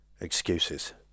excuses